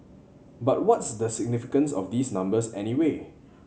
but what's the significance of these numbers anyway